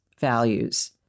values